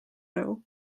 nõu